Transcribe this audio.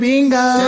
Bingo